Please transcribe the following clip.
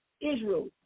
Israel